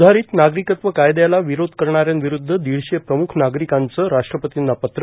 स्धारित नागरिकत्वकायद्याला विरोध करणाऱ्यांविरुद्ध दिडशे प्रम्ख नागरिकांचे राष्ट्रपतींना पत्र